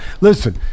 listen